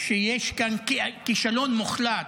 שיש כאן כישלון מוחלט,